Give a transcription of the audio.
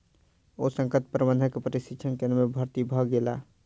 ओ संकट प्रबंधन के प्रशिक्षण केंद्र में भर्ती भ गेला